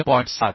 तर हे 0